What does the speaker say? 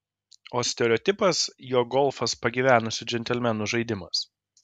o stereotipas jog golfas pagyvenusių džentelmenų žaidimas